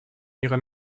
ihre